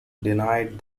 denied